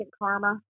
karma